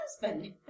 husband